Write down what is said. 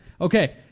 Okay